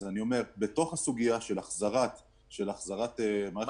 אמרתי לו שהסטודנטים בשטח לא מרגישים את זה.